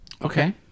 Okay